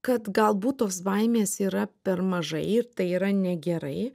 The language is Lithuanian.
kad galbūt tos baimės yra per mažai ir tai yra negerai